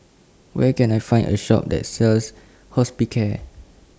Where Can I Find A Shop that sells Hospicare